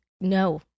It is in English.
No